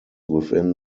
within